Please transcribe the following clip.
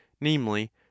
namely